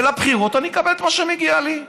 ולבחירות אני אקבל מה שמגיע לי.